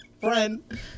friend